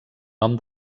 nom